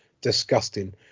disgusting